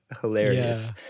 hilarious